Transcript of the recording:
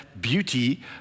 beauty